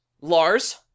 Lars